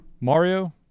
Mario